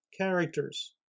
characters